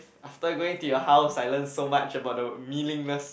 after going to your house I learn so much about the meaningless